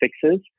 fixes